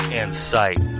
insight